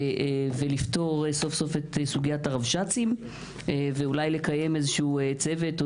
ולפתור סוף סוף את סוגיית הרבש"צים ואולי לקיים איזשהו צוות או